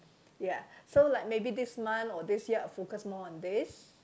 ya so like maybe this month or this year I focus more on this